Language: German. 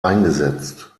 eingesetzt